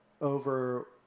over